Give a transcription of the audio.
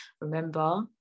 Remember